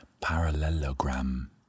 parallelogram